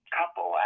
couple